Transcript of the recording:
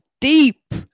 deep